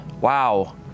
wow